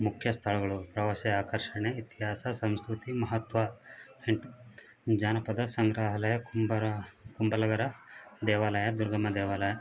ಮುಖ್ಯ ಸ್ಥಳಗಳು ಪ್ರವಾಸಿ ಆಕರ್ಷಣೆ ಇತಿಹಾಸ ಸಂಸ್ಕೃತಿ ಮಹತ್ವ ಹಿಂಟ್ ಜಾನಪದ ಸಂಗ್ರಹಾಲಯ ಕುಂಬರ ಕುಂಡಲಗರ ದೇವಾಲಯ ದುರ್ಗಮ್ಮ ದೇವಾಲಯ